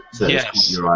Yes